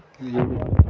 एवढंच